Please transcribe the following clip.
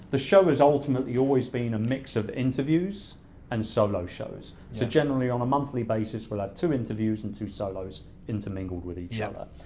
the show is ultimately always been a mix of interviews and solo shows. so generally, on a monthly basis, we'll have two interviews and two solos intermingled with each other.